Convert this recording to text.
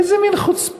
איזה מין חוצפה?